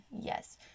Yes